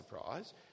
surprise